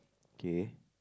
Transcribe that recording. K